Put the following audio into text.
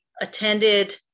attended